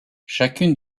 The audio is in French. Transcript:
chacune